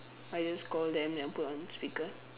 I just call them and put on speaker